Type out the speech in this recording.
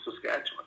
Saskatchewan